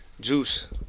Juice